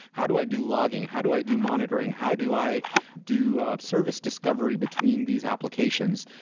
how do i do logging? how do i do monitoring? how do i do service discovery between these applications?